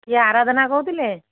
କିଏ ଆରାଧନା କହୁଥିଲେ